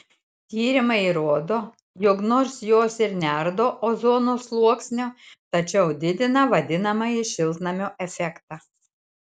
tyrimai įrodo jog nors jos ir neardo ozono sluoksnio tačiau didina vadinamąjį šiltnamio efektą